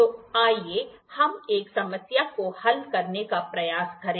तो आइए हम एक समस्या को हल करने का प्रयास करें